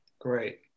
Great